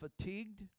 fatigued